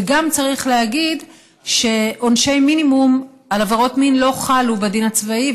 וגם צריך להגיד שעונשי מינימום על עבירות מין לא חלו בדין הצבאי,